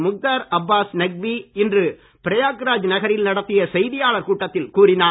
முக்தார் அப்பாஸ் நக்வி இன்று பிரயாக்ராஜ் நகரில் நடத்திய செய்தியாளர் கூட்டத்தில் கூறினார்